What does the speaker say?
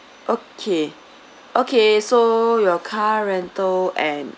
okay okay so your car rental and